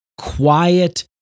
quiet